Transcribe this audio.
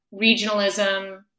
regionalism